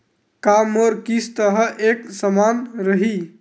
का मोर किस्त ह एक समान रही?